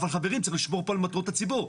אבל חברים, צריך לשמור פה על מטרות הציבור.